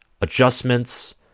adjustments